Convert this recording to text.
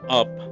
up